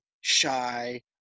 shy